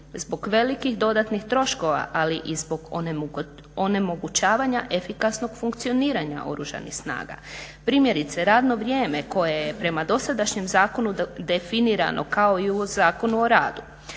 zbog velikih dodatnih troškova, ali i zbog onemogućavanja efikasnog funkcioniranja Oružanih snaga. Primjerice radno vrijeme koje je prema dosadašnjem zakonu definirano kao i u Zakonu o radu.